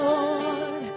Lord